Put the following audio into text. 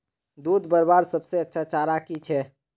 दूध बढ़वार सबसे अच्छा चारा की छे?